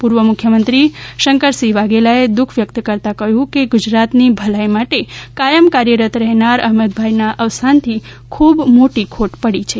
પૂર્વ મુખ્યમંત્રી શંકરસિંહ વાઘેલા એ દુખ વ્યક્ત કરતાં કહ્યું છે કે ગુજરાતની ભલાઈ માટે કાયમ કાર્યરત રહેનાર અહમદભાઈ ના અવસાન થી ખૂબ મોટી ખોટ પડી છે